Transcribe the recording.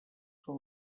com